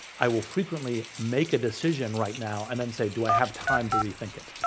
i will frequently make a decision right now and then say, do i have time to rethink it?